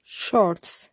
shorts